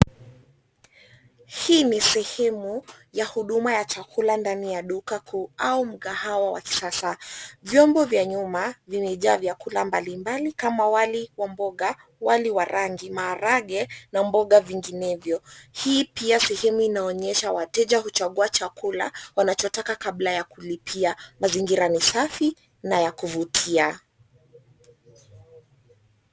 Hii ni sehemu ya huduma ya chakula ndani ya duka kuu au mkahawa wa kisasa. Vyombo vya nyuma vimejaa vyakula mbalimbali kama wali wa mboga, wali wa rangi, maharage na mboga vinginevyo. Hii pia sehemu inayoonyesha wateja huchagua chakula wanachotaka kabla ya kulipia. Mazingira ni safi na ya kuvutia.